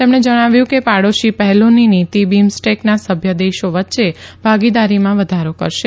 તેમણે જણાવ્યું કે પાડોશી પહેલોની નીતિ બિમસ્ટેકના સભ્યો દેશો વચ્ચે ભાગીદારીમાં વધારો કરશે